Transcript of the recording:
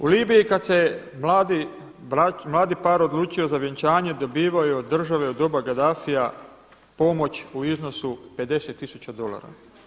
U Libiji kada se mladi par odlučio za vjenčanje dobivao je od države u doba Gaddafija pomoć u iznosu 50 tisuća dolara.